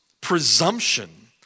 presumption